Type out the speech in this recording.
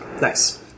Nice